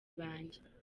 banjye